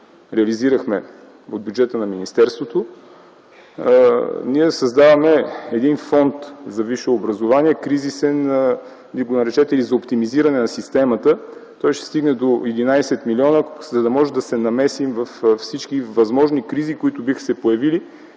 реализирахме от бюджета на министерството, ние създаваме един кризисен фонд за висше образование, наречете го и за оптимизиране на системата. Той ще стигне до 11 милиона, за да можем да се намесим във всички възможни кризи, които биха се появили